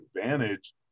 advantage